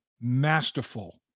masterful